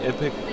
Epic